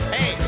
Hey